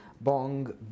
Bong